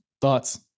Thoughts